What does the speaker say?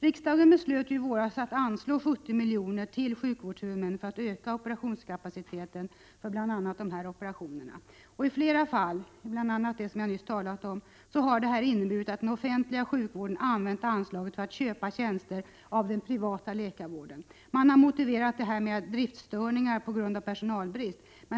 Riksdagen beslöt ju i våras att anslå 70 milj.kr. till sjukvårdshuvudmännen för att öka operationskapaciteten för bl.a. kranskärlsoperationer. I flera fall, t.ex. det som jag nyss talat om, har detta inneburit att den offentliga sjukvården använt anslaget för att köpa tjänster av den privata läkarvården. Man har motiverat detta med driftstörningar på grund av personalbrist.